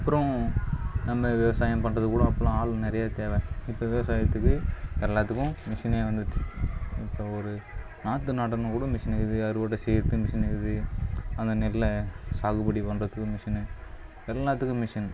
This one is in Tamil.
அப்புறோம் நம்ப விவசாயம் பண்ணுறது கூடம் அப்போதெலாம் ஆள் நிறைய தேவை இப்போ விவசாயத்துக்கு எல்லாத்துக்கும் மிஷினே வந்துடுச்சு இப்போ ஒரு நாற்று நடனும்னா கூட மிஷினு இருக்குது அறுவடை செய்வறதுக்கு மிஷினு இருக்குது அந்த நெல்லை சாகுபடி பண்றதுக்கு மிஷினு எல்லாத்துக்கும் மிஷின்